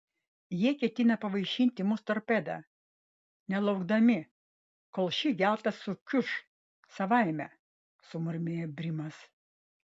jie ketina pavaišinti mus torpeda nelaukdami kol ši gelda sukiuš savaime sumurmėjo brimas